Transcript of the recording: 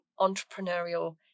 entrepreneurial